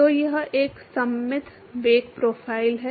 तो यह एक सममित वेग प्रोफ़ाइल है